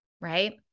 right